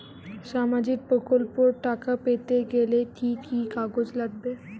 সামাজিক প্রকল্পর টাকা পেতে গেলে কি কি কাগজ লাগবে?